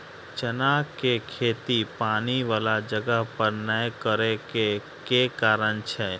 चना केँ खेती पानि वला जगह पर नै करऽ केँ के कारण छै?